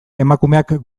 emakumeak